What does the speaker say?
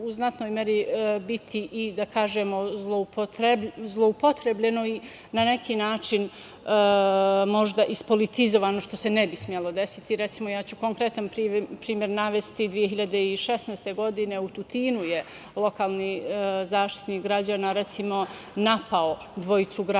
u znatnoj meri biti i zloupotrebljeno i na neki način možda ispolitizovano, što se ne bi smelo desiti. Navešću konkretan primer. Naime, 2016. godine u Tutinu je lokalni Zaštitnik građana napao dvojicu građana,